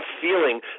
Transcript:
feeling